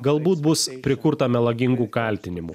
galbūt bus prikurta melagingų kaltinimų